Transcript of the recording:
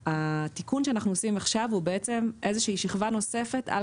התיקון שאנחנו עושים עכשיו הוא בעצם איזושהי שכבה נוספת על